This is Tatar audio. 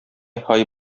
һай